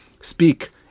speak